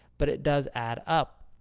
but it does add up.